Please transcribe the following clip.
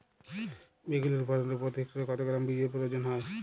বেগুন ফলনে প্রতি হেক্টরে কত গ্রাম বীজের প্রয়োজন হয়?